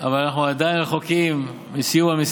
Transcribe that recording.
אלפי אנשים שנאסרו בבידודים,